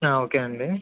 okay అండి